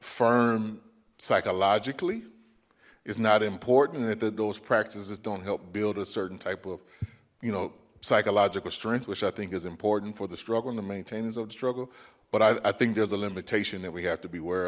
firm psychologically it's not important that those practices don't help build a certain type of you know psychological strength which i think is important for the struggling to maintain his own struggle but i think there's a limitation that we have to be aware